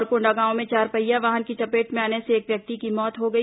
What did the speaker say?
और कोंडागांव में चारपहिया वाहन की चपेट में आने से एक व्यक्ति की मौत हो गई